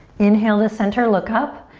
inhale to center, look up,